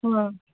हाँ